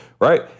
right